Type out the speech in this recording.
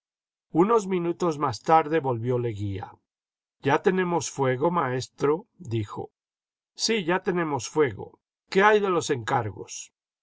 unos mjnutos más tarde volvió leguía ya tenemos fuego maestro dijo sí ya tenemos fuego qué hay de los encargos